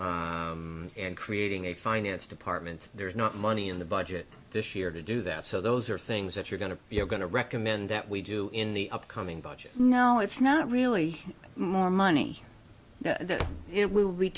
and creating a finance department there's not money in the budget this year to do that so those are things that you're going to you're going to recommend that we do in the upcoming budget no it's not really more money than it will be